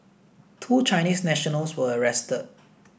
two Chinese nationals were arrested